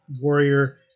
warrior